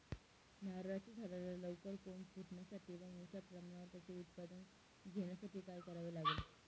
नारळाच्या झाडाला लवकर कोंब फुटण्यासाठी व मोठ्या प्रमाणावर त्याचे उत्पादन घेण्यासाठी काय करावे लागेल?